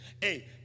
Hey